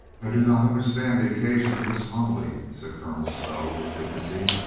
i do not understand the occasion of this homily, said colonel stow with dignity.